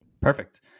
Perfect